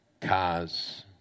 cars